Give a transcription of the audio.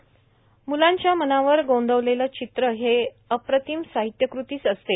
म्लांच्या मनावर गोंदलेले चित्र ही अप्रतिम साहित्यकृतीच असते